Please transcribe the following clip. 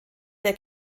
der